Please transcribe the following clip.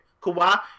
Kawhi